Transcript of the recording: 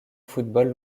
football